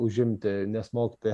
užimti nes mokytoja